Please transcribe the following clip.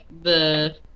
the-